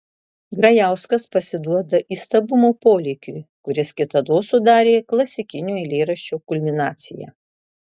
grajauskas pasiduoda įstabumo polėkiui kuris kitados sudarė klasikinio eilėraščio kulminaciją